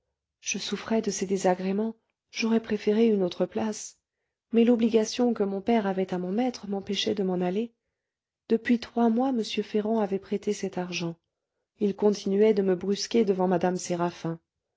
je souffrais de ces désagréments j'aurais préféré une autre place mais l'obligation que mon père avait à mon maître m'empêchait de m'en aller depuis trois mois m ferrand avait prêté cet argent il continuait de me brusquer devant mme séraphin